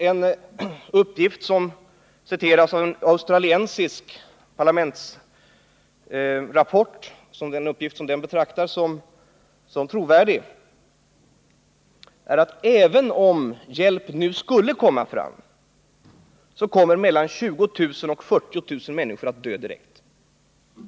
En uppgift, som citeras i en australiensisk parlamentsrapport och som i rapporten betraktas som trovärdig, är att även om hjälp nu skulle komma fram, så kommer mellan 20 000 och 40 000 människor att dö direkt.